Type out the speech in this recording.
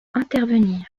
intervenir